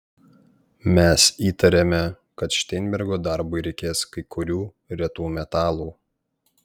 mes įtarėme kad šteinbergo darbui reikės kai kurių retų metalų